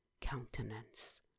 countenance